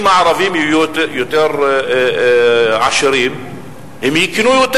אם הערבים יהיו יותר עשירים הם יקנו יותר.